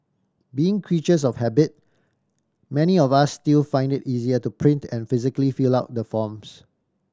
being creatures of habit many of us still find it easier to print and physically fill out the forms